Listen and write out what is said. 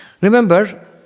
Remember